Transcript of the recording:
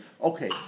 Okay